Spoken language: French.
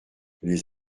les